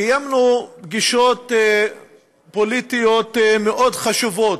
קיימנו פגישות פוליטיות מאוד חשובות,